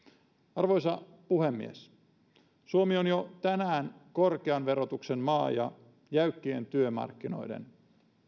arvoisa puhemies suomi on jo tänään korkean verotuksen maa ja jäykkien työmarkkinoiden